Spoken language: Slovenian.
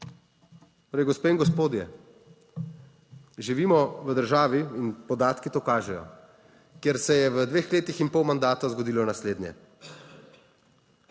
Torej, gospe in gospodje, živimo v državi in podatki to kažejo, kjer se je v dveh letih in pol mandata zgodilo naslednje.